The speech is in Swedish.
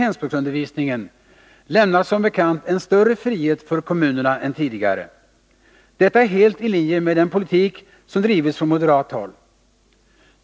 hemspråksundervisningen, lämnar som bekant en större frihet för kommu nerna än tidigare. Detta är helt i linje med den politik som bedrivs från moderat håll.